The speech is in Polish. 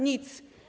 Nic.